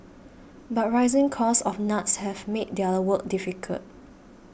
but rising costs of nuts have made their work difficult